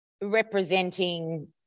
representing